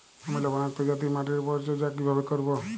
আমি লবণাক্ত জাতীয় মাটির পরিচর্যা কিভাবে করব?